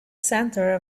center